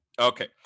Okay